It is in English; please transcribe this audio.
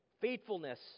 faithfulness